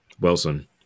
Wilson